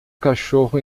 cachorro